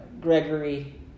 Gregory